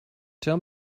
tell